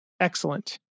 Excellent